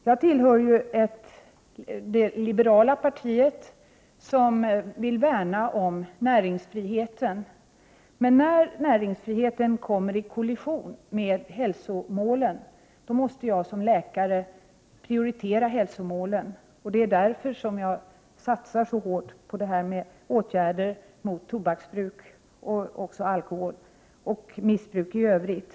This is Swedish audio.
Jag tillhör det liberala partiet, som vill värna om näringsfriheten, men när näringsfriheten kommer i kollision med hälsomålen måste jag som läkare prioritera hälsomålen. Det är därför som jag satsar så hårt på åtgärderna mot tobaksbruk, alkoholmissbruk och missbruk i övrigt.